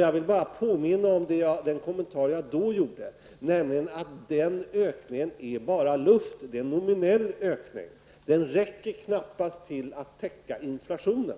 Jag vill bara påminna om den kommentar jag då gjorde, nämligen att den ökningen är bara luft -- det är en nominell ökning. Den räcker knappast till att täcka inflationen.